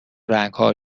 رنگها